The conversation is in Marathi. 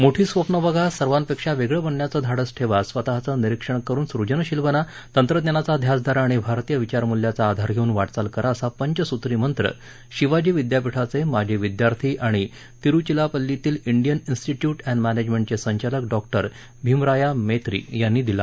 मोठी स्वप्न बघा सर्वपिक्षा वेगळं बनण्याचं धाडस ठेवा स्वतःचं निरीक्षण करून सुजनशील बना तंत्रज्ञानाचा ध्यास धरा आणि भारतीय विचार मुल्याचा आधार घेऊन वाटचाल करा असा पंचसुत्री मंत्र शिवाजी विद्यापीठाचे माजी विद्यार्थी आणि तिरुचिरापल्लीतील डियन ीन्स्टिट्यूट अँड मॅनेजमेंटचे संचालक डॉक्टर भीमराया मेत्री यांनी दिला